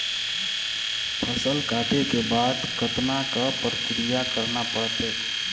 फसल काटे के बाद कतना क प्रक्रिया करना पड़थे?